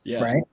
right